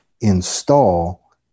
install